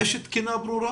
האם יש תקינה ברורה